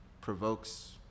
provokes